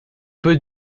peut